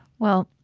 well,